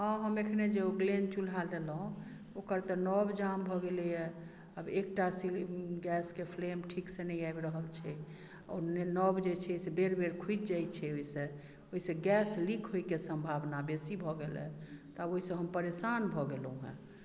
आ अखने जे ग्लेन चुल्हा लेलहुँ ओकर तऽ नॉब जाम भऽ गेलै हँ आब एकटा गैस क फ्लेम ठीकसँ नहि आबि रहल छै आ नॉब जे छै बेर बेर खुजि जाइत छै ओहिसँ ओहिसँ गैस लीक होयके सम्भावना बेसी भऽ गेल हऽ आ ओहिसँ हम परेशान भऽ गेलहुँ हँ